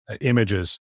images